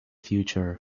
future